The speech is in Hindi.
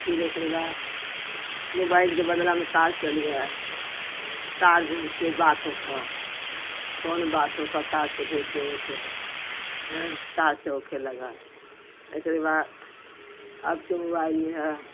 फिर एकरे बाद मोबाइल के बदला म तार चल गया है तार से बात होखा कोन बात होखा तार से भेज देत ह हैय तार से होखे लगा येखरे बा अब तो मोबाइल इहा